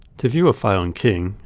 to view a file in king,